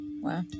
Wow